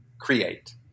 create